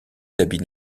d’habits